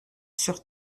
sur